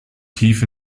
tief